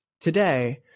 today